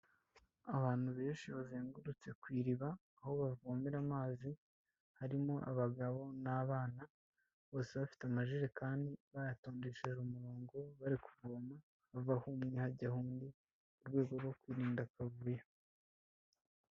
Abantu benshi bazengurutse ku iriba, aho bavomera amazi harimo abagabo n'abana, bose bafite amajerekani bayatondesheje umurongo bari kuvoma, bavaho umwe hajyaho undi, mu rwego rwo kwirinda akavuyo.